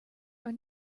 are